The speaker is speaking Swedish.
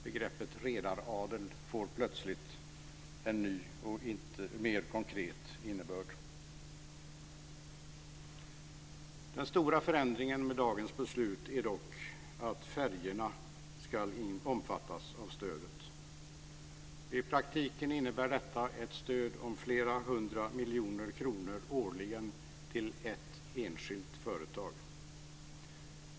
Begreppet redaradel får plötsligt en ny och mer konkret innebörd. Den stora förändringen med dagens beslut är dock att färjorna ska omfattas av stödet. I praktiken innebär detta ett stöd om flera hundra miljoner kronor årligen till ett enskilt företag.